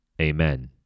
Amen